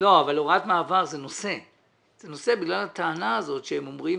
הוראת מעבר זה נושא בגלל הטענה שהם אומרים,